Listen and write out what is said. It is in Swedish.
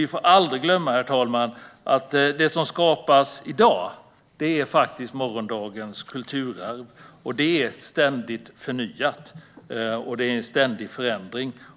Vi får aldrig glömma att det som skapas i dag är morgondagens kulturarv. Det förnyas ständigt och är i ständig förändring.